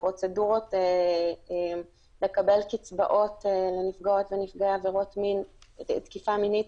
הפרוצדורות לקבל קצבאות לנפגעות ונפגעי תקיפה מינית